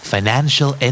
Financial